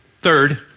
Third